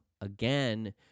again